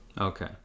Okay